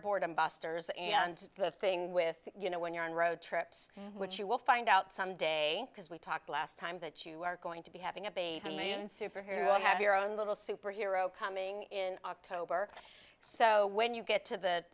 boredom busters and the thing with you know when you're on road trips which you will find out some day because we talked last time that you were going to be having a baby and me and superhero have your own little superhero coming in october so when you get to the